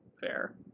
fair